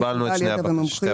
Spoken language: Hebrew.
קיבלנו את שתי הבקשות.